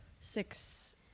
six